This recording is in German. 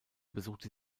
besuchte